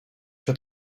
się